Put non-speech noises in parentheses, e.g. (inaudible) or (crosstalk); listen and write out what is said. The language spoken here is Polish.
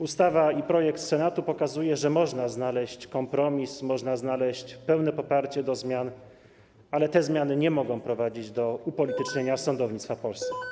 Ustawa, projekt Senatu pokazuje, że można znaleźć kompromis, można znaleźć pełne poparcie zmian, ale te zmiany nie mogą prowadzić do upolitycznienia (noise) sądownictwa w Polsce.